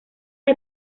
las